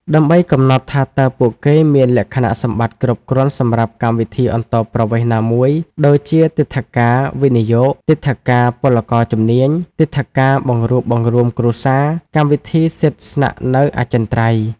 ដើម្បីកំណត់ថាតើពួកគេមានលក្ខណៈសម្បត្តិគ្រប់គ្រាន់សម្រាប់កម្មវិធីអន្តោប្រវេសន៍ណាមួយ ដូចជាទិដ្ឋាការវិនិយោគ ទិដ្ឋាការពលករជំនាញ ទិដ្ឋាការបង្រួបបង្រួមគ្រួសារ កម្មវិធីសិទ្ធិស្នាក់នៅអចិន្ត្រៃយ៍។